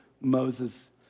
Moses